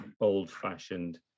old-fashioned